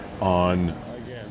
on